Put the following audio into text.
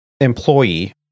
employee